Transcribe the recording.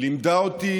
לימדה אותי